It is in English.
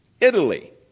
Italy